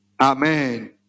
amen